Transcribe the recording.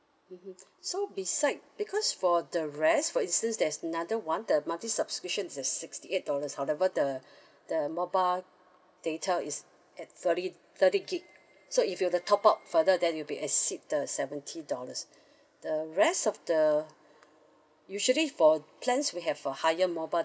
so beside because for the rest for instance there's another one the monthly subscription is at sixty eight dollars however the the mobile data is at thirty thirty gigabytes so if you were to top up further then it'll be exceed the seventy dollars the rest of the usually for plans we have uh higher mobile